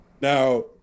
Now